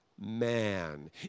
man